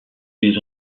ils